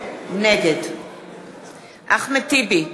נגד אחמד טיבי,